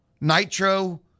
Nitro